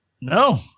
No